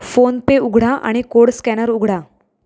PhonePe उघडा आणि code scanner उघडा